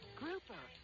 grouper